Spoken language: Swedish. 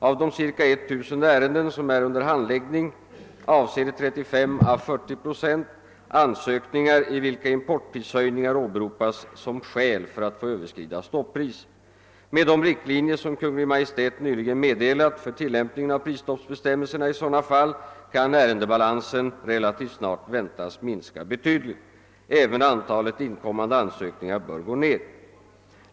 Av de ca 1000 ärenden som är under handläggning avser 35— 40 procent ansökningar i vilka importprishöjningar åberopas som skäl för att få överskrida stoppris. Med de riktlinjer som Kungl. Maj:t nyligen meddelat för tillämpningen av prisstoppsbestämmelserna i sådana fall kan ärendebalansen relativt snart väntas minska betydligt. även antalet inkommande ansökningar bör gå ned.